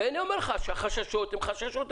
ואני אומר לך שהחששות הם אמיתיים.